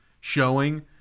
showing